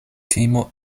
timo